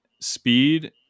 speed